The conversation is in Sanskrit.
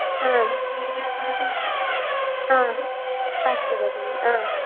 आम् आ अस्तु भगिनि आ